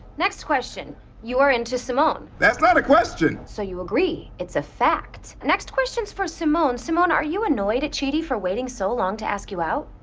next question you're into simone. that's not a question. so you agree, it's a fact. next question's for simone. simone, are you annoyed at chidi for waiting so long to ask you out?